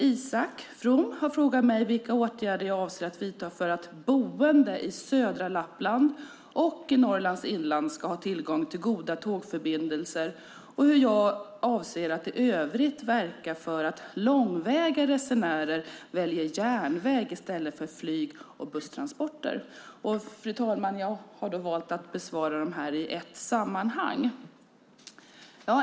Isak From har frågat mig vilka åtgärder jag avser att vidta för att boende i södra Lappland och i Norrlands inland ska ha tillgång till goda tågförbindelser och hur jag avser att i övrigt verka för att långväga resenärer väljer järnväg i stället för flyg och busstransporter. Fru talman! Jag har valt att besvara frågorna i ett sammanhang.